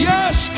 Yes